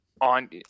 on